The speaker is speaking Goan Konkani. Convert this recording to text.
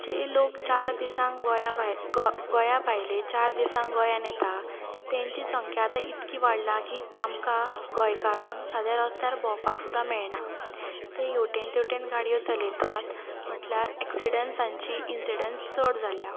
जे लोक चार दिसां गोंया भायले गोंया भायले चार दिसान गोंयान येता तेंचीं संख्या आतां इतली वाडला की आमकां गोंयकारांक साद्या रस्त्यार भोंवपाक सुद्दां मेयणा ते हेवटेन तेवटेन गाडयो चलयतात म्हटल्यार एक्सिडेंट्साचीं इनसिडंट चड जाल्या